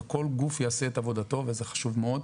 וכל גוף יעשה את עבודתו וזה חשוב מאוד.